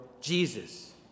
Jesus